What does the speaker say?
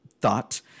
thought